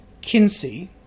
kinsey